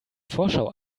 vorschau